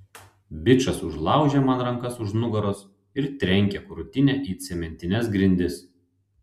bičas užlaužia man rankas už nugaros ir trenkia krūtinę į cementines grindis